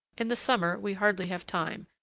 in the summer, we hardly have time,